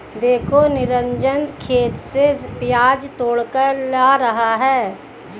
देखो निरंजन खेत से प्याज तोड़कर ला रहा है